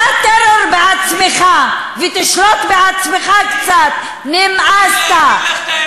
אתה טרור בעצמך, ותשלוט בעצמך קצת, נמאסת,